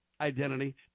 identity